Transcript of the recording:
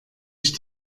ich